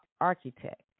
architect